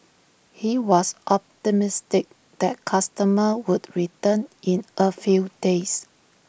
he was optimistic that customers would return in A few days